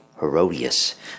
Herodias